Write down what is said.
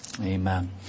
amen